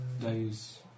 days